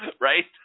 right